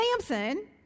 Sampson